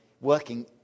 working